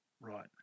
Right